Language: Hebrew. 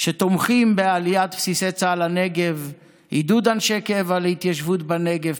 שתומכים בעליית בסיסי צה"ל לנגב: עידוד אנשי קבע להתיישבות בנגב,